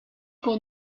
pour